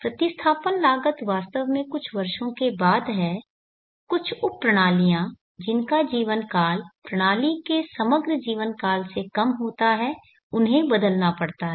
प्रतिस्थापन लागत वास्तव में कुछ वर्षों के बाद है कुछ उप प्रणालियां जिनका जीवनकाल प्रणाली के समग्र जीवनकाल से कम होता है उन्हें बदलना पड़ता है